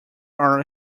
are